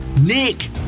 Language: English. Nick